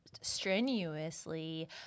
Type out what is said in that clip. strenuously